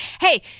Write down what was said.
Hey